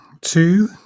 two